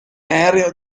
aereo